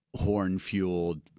horn-fueled